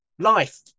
life